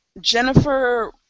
Jennifer